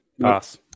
pass